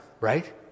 right